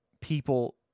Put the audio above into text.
people